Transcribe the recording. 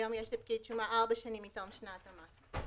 היום יש לפקיד שומה ארבע שנים מתום שנת המס.